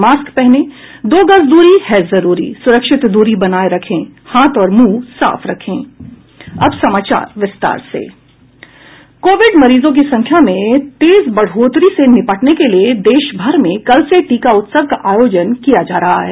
mask पहनें दो गज दूरी है जरूरी सुरक्षित दूरी बनाये रखें हाथ और मुंह साफ रखें कोविड मरीजों की संख्या में तेज बढ़ोतरी से निपटने के लिए देश भर में कल से टीका उत्सव का आयोजन किया जा रहा है